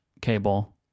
cable